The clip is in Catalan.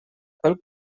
pel